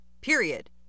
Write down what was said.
period